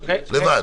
לבד.